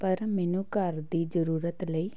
ਪਰ ਮੈਨੂੰ ਘਰ ਦੀ ਜ਼ਰੂਰਤ ਲਈ